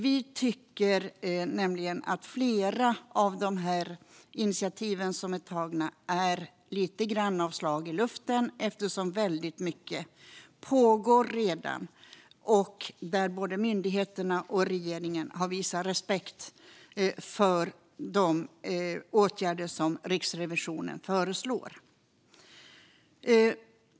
Vi tycker att flera av de initiativ som har tagits är lite grann av slag i luften eftersom väldigt mycket redan pågår. Både myndigheterna och regeringen har visat respekt för de åtgärder som Riksrevisionen föreslår.